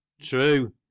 true